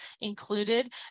included